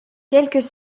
quelques